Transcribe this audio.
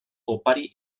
opari